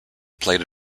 played